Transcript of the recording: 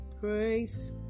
Praise